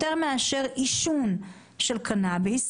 יותר מאשר עישון של קנאביס,